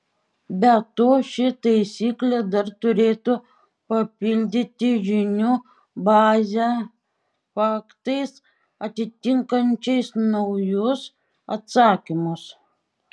be to ši taisyklė dar turėtų papildyti žinių bazę faktais atitinkančiais naujus atsakymus